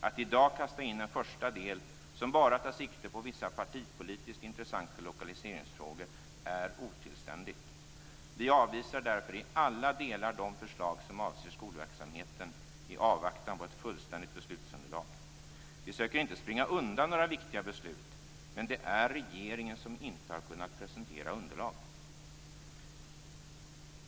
Att i dag kasta in en första del som bara tar sikte på vissa partipolitiskt intressanta lokaliseringsfrågor är otillständigt. Vi avvisar därför i alla delar de förslag som avser skolverksamheten i avvaktan på ett fullständigt beslutsunderlag. Vi söker inte springa undan några viktiga beslut. Det är regeringen som inte kunnat presentera underlag.